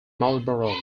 marlborough